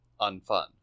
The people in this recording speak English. unfun